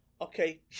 Okay